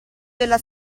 della